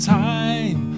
time